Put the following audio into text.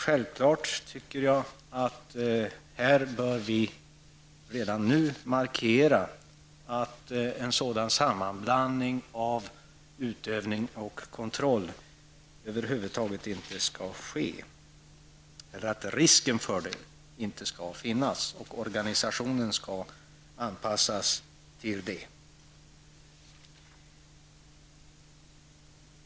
Självfallet bör vi redan nu, tycker jag, markera att en sådan sammanblandning av utövning och kontroll över huvud taget inte skall ske, och att risken för en sådan sammanblandning inte skall finnas, varför organisationen skall anpassas därefter.